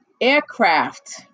aircraft